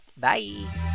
Bye